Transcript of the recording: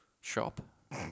shop